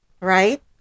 right